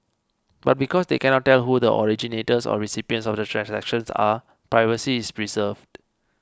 but because they cannot tell who the originators or recipients of the transactions are privacy is preserved